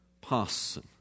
parson